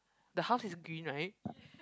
the house is green right